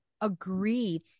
agree